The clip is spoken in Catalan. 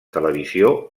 televisió